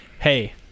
hey